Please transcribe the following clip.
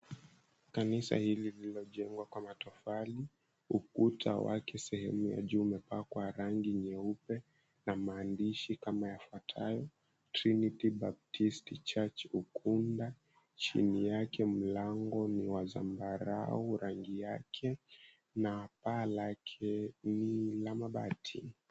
Kanisa hili limejengwa kwa matofali. Ukuta wake sehemu ya juu umepakwa rangi nyeupe na maandishi kama yafuatayo, "Trinity Baptist Church, Ukunda." Chini yake, mlango ni wa zambarau, rangi yake na paa lake ni la mabati.